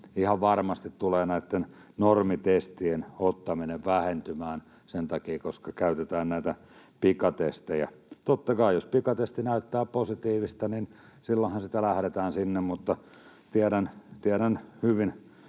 ihan varmasti tulee näitten normitestien ottaminen vähentymään, koska käytetään näitä pikatestejä. Totta kai jos pikatesti näyttää positiivista, niin silloinhan sitä lähdetään sinne, mutta tiedän hyvin